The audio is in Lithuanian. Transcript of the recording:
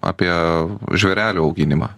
apie žvėrelių auginimą